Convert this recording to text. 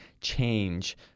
change